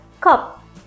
cup